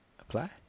Apply